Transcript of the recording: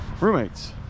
roommates